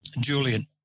Julian